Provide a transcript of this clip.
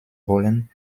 wollen